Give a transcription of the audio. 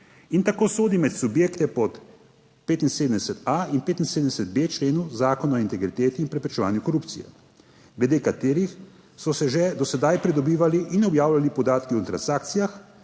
on tako sodi med subjekte pod 75.a in 75.b členu Zakona o integriteti in preprečevanju korupcije, glede katerih so se že do sedaj pridobivali in objavljali podatke o transakcijah